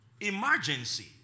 Emergency